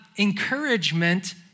Encouragement